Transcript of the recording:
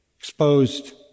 exposed